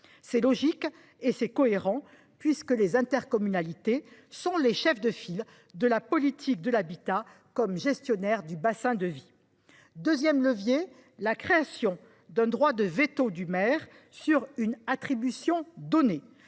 C’est logique et cohérent, puisque les intercommunalités sont les chefs de file de la politique de l’habitat comme gestionnaires du bassin de vie. Deuxièmement, accorder au maire un droit de veto sur une attribution donnée.